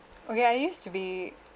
okay I used to be